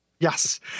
Yes